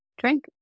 drink